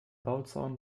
bauzaun